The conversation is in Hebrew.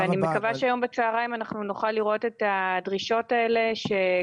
אני מקווה שהיום בצהריים נוכל לראות את הדרישות שגם